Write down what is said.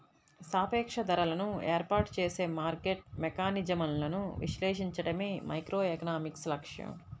సాపేక్ష ధరలను ఏర్పాటు చేసే మార్కెట్ మెకానిజమ్లను విశ్లేషించడమే మైక్రోఎకనామిక్స్ లక్ష్యం